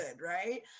right